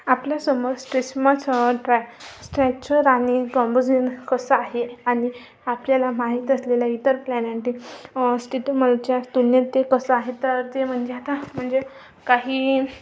आपल्या समोर स्ट्रिसमस ट्रॅक स्ट्रेचर आणि कंबोझिन कसं आहे आणि आपल्याला माहीत असलेल्या इतर क्लाइनानटिक स्तितीमलच्या तुलनेत ते कसं आहे तर ते म्हणजे आता म्हणजे काही